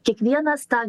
kiekvienas tą